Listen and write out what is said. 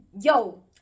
Yo